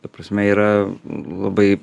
ta prasme yra labai